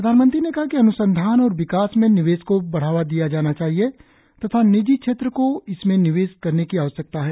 प्रधानमंत्री ने कहा अन्संधान और विकास में निवेश को बढ़ाया जाना चाहिए तथा निजी क्षेत्र को इसमें निवेश करने की आवश्यकता है